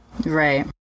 Right